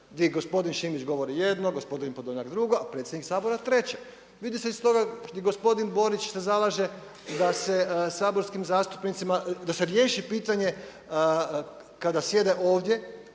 je gospodin Šimić govori jedno, gospodin Podolnjak drugo, a predsjednik Sabora treće. Vidi se iz toga i gospodin Borić se zalaže da se saborskim zastupnicima, da se riješi pitanje kada sjede ovdje